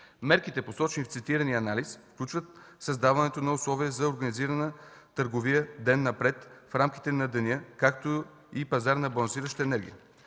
Мерките, посочени в цитирания анализ, включват създаването на условия за организирана търговия ден напред в рамките на деня, както и пазар на балансираща енергия.